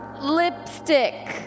Lipstick